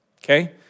Okay